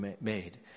made